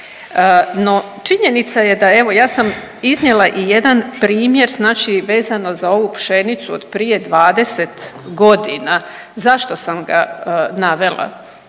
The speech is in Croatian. No, činjenica je da evo, ja sam iznijela i jedan primjer znači vezano za ovu pšenicu od prije 20 godina, zašto sam ga navela.